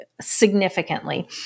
significantly